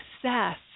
success